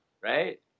right